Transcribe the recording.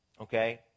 okay